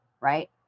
right